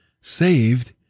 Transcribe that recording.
saved